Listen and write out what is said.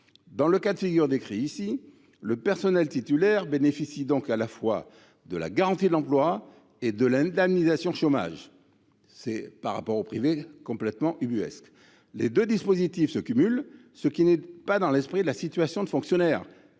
Dans le cas de figure décrit ici, l’agent titulaire bénéficie donc à la fois de la garantie de l’emploi et de l’indemnisation du chômage. Par rapport au secteur privé, c’est complètement ubuesque ! Les deux dispositifs se cumulent, ce qui n’est pas dans l’esprit du statut de fonctionnaire